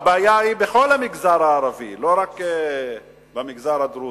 הבעיה היא בכל המגזר הערבי, לא רק במגזר הדרוזי,